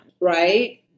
right